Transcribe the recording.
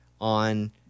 on